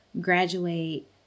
graduate